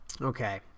Okay